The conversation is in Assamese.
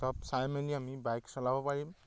চব চাই মেলি আমি বাইক চলাব পাৰিম